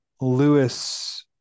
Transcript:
Lewis